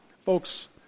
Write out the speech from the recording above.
Folks